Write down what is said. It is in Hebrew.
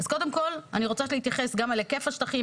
אז קודם כל אני רוצה שנתייחס על היקף השטחים,